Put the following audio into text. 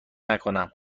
نکنم